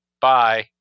bye